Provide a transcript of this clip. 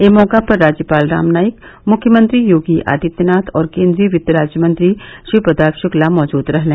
इस अवसर पर राज्यपाल राम नाईक मुख्यमंत्री योगी आदित्यनाथ और केन्द्रीय वित्त राज्य मंत्री शिवप्रताप शुक्ला उपस्थित थे